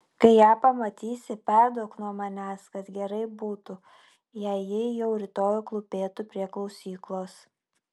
kai ją pamatysi perduok nuo manęs kad gerai būtų jei ji jau rytoj klūpėtų prie klausyklos